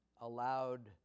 allowed